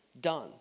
Done